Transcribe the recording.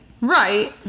Right